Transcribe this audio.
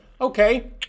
Okay